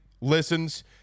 listens